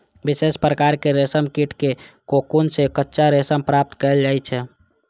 विशेष प्रकारक रेशम कीट के कोकुन सं कच्चा रेशम प्राप्त कैल जाइ छै